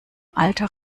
alter